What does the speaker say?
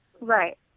Right